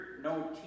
no